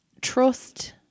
trust